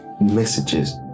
messages